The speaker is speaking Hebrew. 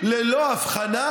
הממשלה.